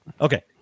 Okay